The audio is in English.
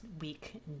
week